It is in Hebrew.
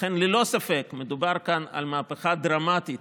לכן, ללא ספק מדובר במהפכה דרמטית